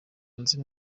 nzu